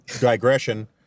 digression